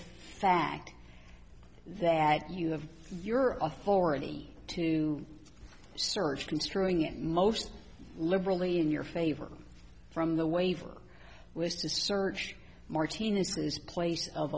fact that you have your authority to search construing it most liberally in your favor from the waiver was to search martinez's place of